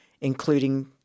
including